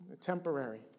Temporary